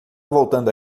voltando